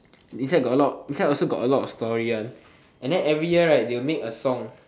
inside got a lot inside also got a lot of story one and then every year right they will make a song